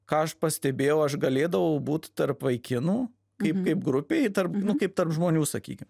ką aš pastebėjau aš galėdavau būt tarp vaikinų kaip kaip grupėj tarp kaip tarp žmonių sakykim